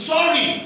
Sorry